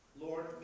Lord